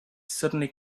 suddenly